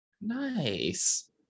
Nice